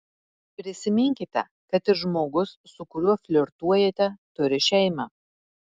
prisiminkite kad ir žmogus su kuriuo flirtuojate turi šeimą